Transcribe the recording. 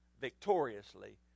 victoriously